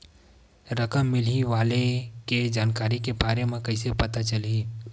रकम मिलही वाले के जानकारी के बारे मा कइसे पता चलही?